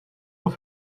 trop